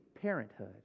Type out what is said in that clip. parenthood